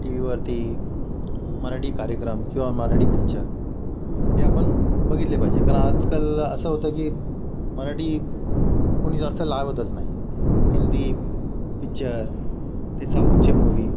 T वीवरती मराठी कार्यक्रम किंवा मराठी पिक्चर हे आपण बघितले पाहिजे कारण आजकाल असं होतं की मराठी कोणी जास्त लावतच नाही आहे हिंदी पिच्चर ते साऊथचे मूवी